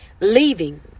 Leaving